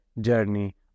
journey